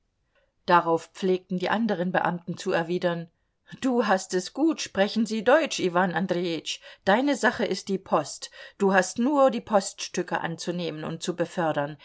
darauf pflegten die anderen beamten zu erwidern du hast es gut sprechen sie deutsch iwan andreitsch deine sache ist die post du hast nur die poststücke anzunehmen und zu befördern